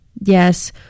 Yes